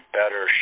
better